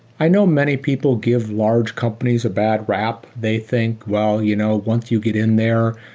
i know many people give large companies a bad rap. they think, well, you know once you get in there,